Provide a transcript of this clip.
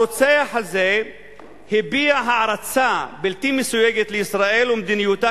הרוצח הזה הביע הערצה בלתי מסויגת לישראל ולמדיניותה